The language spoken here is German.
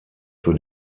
für